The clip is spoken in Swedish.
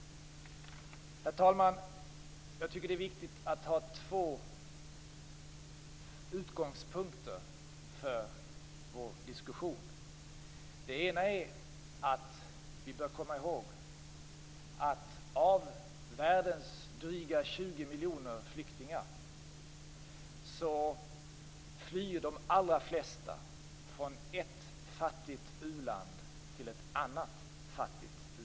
Herr talman! Det är viktigt att ha två utgångspunkter för vår diskussion. Den ena är att vi bör komma ihåg att av världens drygt 20 miljoner flyktingar flyr de allra flesta från ett fattigt u-land till ett annat fattigt u-land.